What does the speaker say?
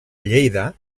lleida